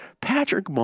Patrick